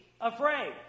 afraid